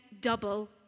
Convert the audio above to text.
double